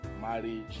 marriage